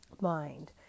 mind